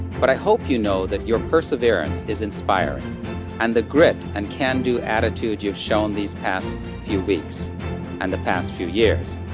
but i hope you know that your perseverance is inspiring and the grit and can-do attitude you've shown these past few weeks and the past few years,